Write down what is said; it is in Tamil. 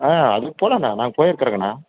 ஆ அது போகலாண்ணா நான் போயிருக்கங்க அண்ணா